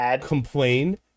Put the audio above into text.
complain